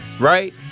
Right